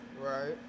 Right